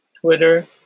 Twitter